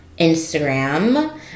instagram